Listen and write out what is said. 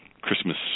Christmas